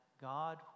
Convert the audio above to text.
God